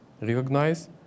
recognize